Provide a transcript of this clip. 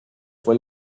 fue